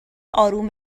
اروم